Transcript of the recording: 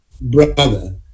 brother